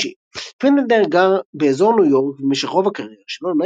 חיים אישיים פרידלנדר גר באזור ניו יורק במשך רוב הקריירה שלו,